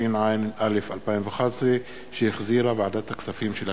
התשע"א 2011, שהחזירה ועדת הכספים של הכנסת.